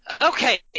Okay